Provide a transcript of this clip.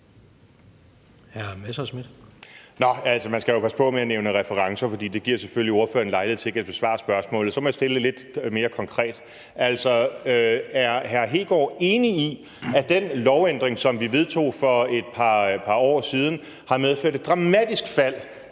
Messerschmidt (DF): Man skal jo passe på med at nævne referencer, for det giver selvfølgelig ordføreren lejlighed til ikke at besvare spørgsmålet. Så må jeg stille det lidt mere konkret. Altså, er hr. Kristian Hegaard enig i, at den lovændring, som vi vedtog for et par år siden, har medført et dramatisk fald